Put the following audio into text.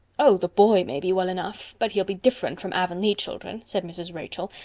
oh, the boy may be well enough, but he'll be different from avonlea children, said mrs. rachel,